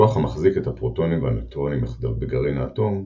הכוח המחזיק את הפרוטונים והנייטרונים יחדיו בגרעין האטום,